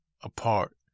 apart